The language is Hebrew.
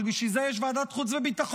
אבל בשביל זה יש ועדת חוץ וביטחון.